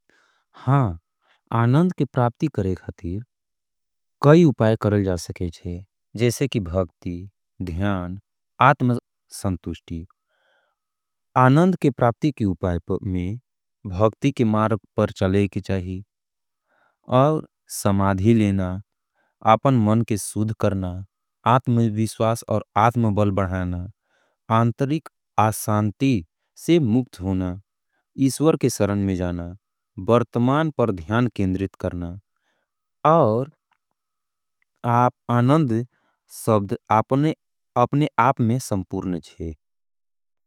हाँ, आनन्द के प्राप्ती करे खतीर कई उपाय करल जा सके जैसे की भगती, ध्यान, आत्मसंतुष्टी। आनन्द के प्राप्ती की उपाय में भगती की मारग पर चले की चाही। और समाधी लेना, अपन मन के सुध करना, आत्म विश्वास और आत्म बल बढ़ाना, आंतरिक आसान्ती से मुक्थ होना, ईश्वर के सरण में जाना, बरतमान पर ध्यान केंद्रित करना, और आनन्द सब्द अपने आप में संपूर्ण छे।